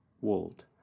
world